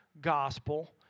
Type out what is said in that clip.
Gospel